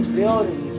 building